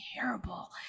terrible